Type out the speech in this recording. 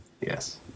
Yes